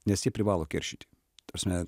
nes jie privalo keršyti ta prasme